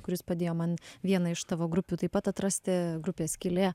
kuris padėjo man vieną iš savo grupių taip pat atrasti grupė skylė